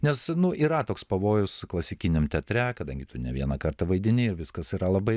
nes nu yra toks pavojus klasikiniam teatre kadangi tu ne vieną kartą vaidini ir viskas yra labai